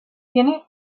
tiene